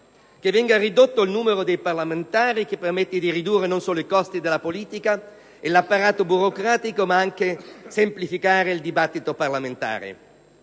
che venga ridotto il numero dei parlamentari, che permette di abbassare non solo i costi della politica e dell'apparato burocratico, ma anche di semplificare il dibattito parlamentare.